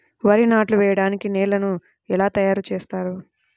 వరి నాట్లు వేయటానికి నేలను ఎలా తయారు చేస్తారు?